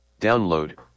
Download